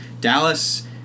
Dallas